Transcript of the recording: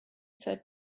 said